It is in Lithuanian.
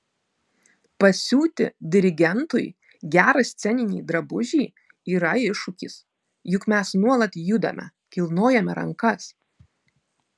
pasiūti dirigentui gerą sceninį drabužį yra iššūkis juk mes nuolat judame kilnojame rankas